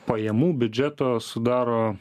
pajamų biudžeto sudaro